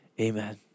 Amen